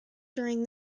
during